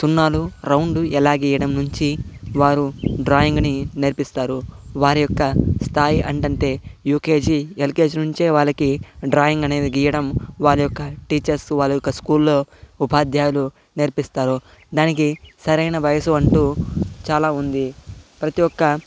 సున్నాలు రౌండు ఎలా గీయడం నుంచి వారు డ్రాయింగ్ ని నేర్పిస్తారు వారి యొక్క స్థాయి అంటంటే యూకేజీ ఎల్కేజీ నుంచే వాళ్లకి డ్రాయింగ్ అనేది గీయడం వారి యొక్క టీచర్స్ వాలు యొక్క స్కూల్ లో ఉపాధ్యాయులు నేర్పిస్తారు దానికి సరైన వయసు అంటూ చాలా ఉంది ప్రతి ఒక్క